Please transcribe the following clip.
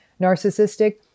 narcissistic